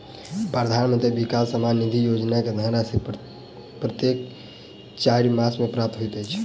प्रधानमंत्री किसान सम्मान निधि योजना के धनराशि प्रत्येक चाइर मास मे प्राप्त होइत अछि